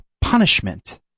punishment